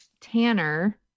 Tanner